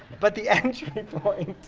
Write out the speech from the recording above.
but the entry point,